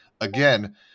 again